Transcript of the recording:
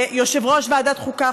ליושב-ראש ועדת החוקה,